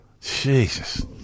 Jesus